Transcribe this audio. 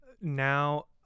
now